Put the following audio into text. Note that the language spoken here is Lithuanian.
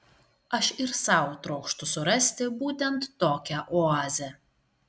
aš ir sau trokštu surasti būtent tokią oazę